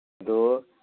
ꯑꯗꯣ